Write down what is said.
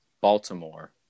Baltimore